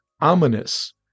ominous